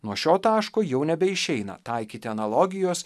nuo šio taško jau nebeišeina taikyti analogijos